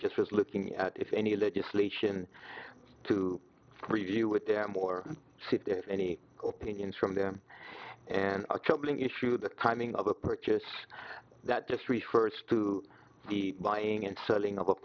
just looking at if any legislation to review with them or to any opinions from them and a troubling issue the timing of a purchase that just refers to the buying and selling of